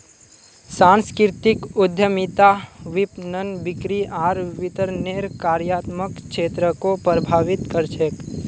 सांस्कृतिक उद्यमिता विपणन, बिक्री आर वितरनेर कार्यात्मक क्षेत्रको प्रभावित कर छेक